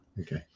Okay